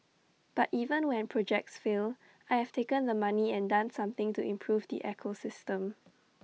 but even when projects fail I have taken the money and done something to improve the ecosystem